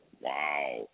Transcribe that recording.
Wow